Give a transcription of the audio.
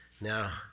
Now